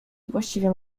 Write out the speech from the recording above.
właściwie